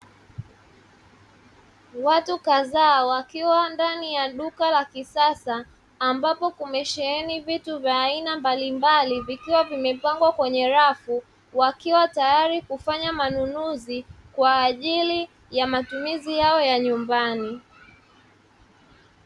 Watu kadhaa wakiwa ndani ya duka la kisasa ambapo kumesheheni vitu vya aina mbalimbali vikiwa vimepangwa kwenye rafu, wakiwa tayari kufanya manunuzi kwa ajili ya matumizi yao ya nyumbani.